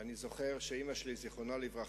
ואני זוכר שאמי זיכרונה לברכה